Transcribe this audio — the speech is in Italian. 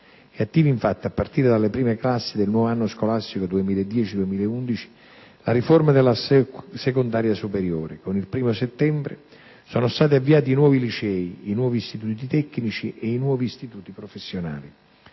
È attiva infatti, a partire dalle prime classi del nuovo anno scolastico 2010-2011, la riforma della scuola secondaria superiore. Con il 1° settembre sono stati avviati i nuovi licei, i nuovi istituti tecnici e i nuovi istituti professionali.